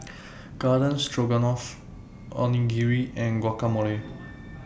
Garden Stroganoff Onigiri and Guacamole